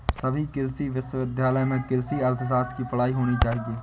सभी कृषि विश्वविद्यालय में कृषि अर्थशास्त्र की पढ़ाई होनी चाहिए